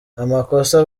amakosa